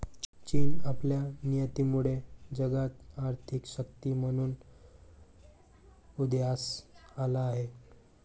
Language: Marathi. चीन आपल्या निर्यातीमुळे जगात आर्थिक शक्ती म्हणून उदयास आला आहे